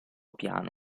piano